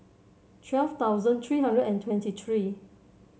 twelve thousand three hundred and twenty three